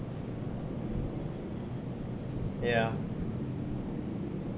ya